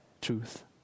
truth